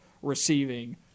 Receiving